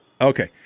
Okay